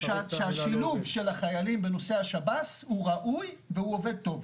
שהשילוב של החיילים בנושא השב"ס הוא ראוי והוא עובד טוב.